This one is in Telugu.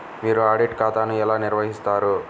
మీరు ఆడిట్ ఖాతాను ఎలా నిర్వహిస్తారు?